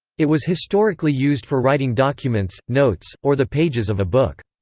it was historically used for writing documents, notes, or the pages of a book.